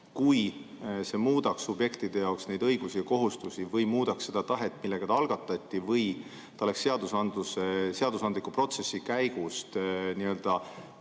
kui see muudaks subjektide jaoks õigusi ja kohustusi või muudaks seda tahet, millega eelnõu algatati, või saaks seadusandliku protsessi käigus rakenduse